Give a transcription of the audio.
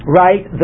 right